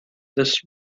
this